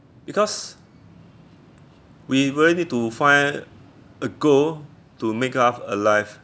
because we really need to find a goal to make us alive